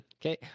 Okay